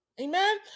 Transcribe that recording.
amen